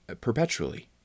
perpetually